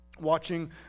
watching